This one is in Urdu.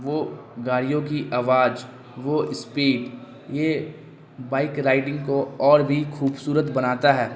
وہ گاڑیوں کی آواز وہ اسپیڈ یہ بائک رائڈنگ کو اور بھی خوبصورت بناتا ہے